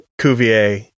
Cuvier